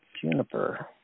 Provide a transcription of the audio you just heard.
Juniper